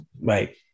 right